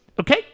Okay